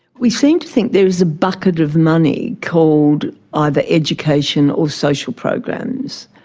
we seem to think there is a bucket of money called either education or social programs.